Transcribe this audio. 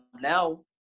now